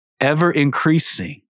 ever-increasing